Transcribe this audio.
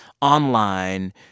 online